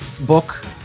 book